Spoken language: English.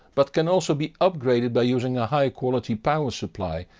but can also be upgraded by using a higher quality power supply,